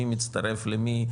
מי מצטרף למי?